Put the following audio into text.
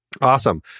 awesome